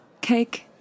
Cake